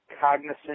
cognizant